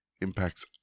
impacts